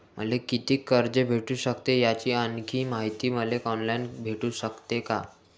मले कितीक कर्ज भेटू सकते, याची आणखीन मायती मले ऑनलाईन भेटू सकते का?